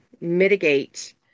mitigate